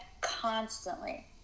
constantly